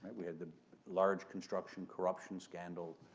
we had the large construction corruption scandal.